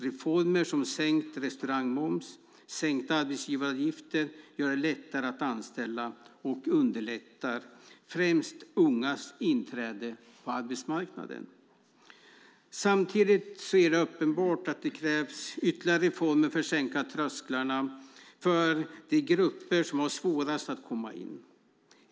Reformer som sänkt restaurangmoms och sänkta arbetsgivaravgifter gör det lättare att anställa och underlättar främst de ungas inträde på arbetsmarknaden. Samtidigt är det uppenbart att det krävs ytterligare reformer för att sänka trösklarna för de grupper som har svårast att komma in.